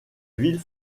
ville